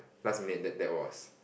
last minute that that was